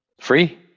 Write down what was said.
Free